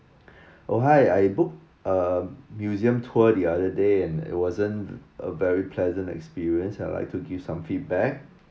oh hi I book a museum tour the other day and it wasn't a very pleasant experience I'd like to give some feedback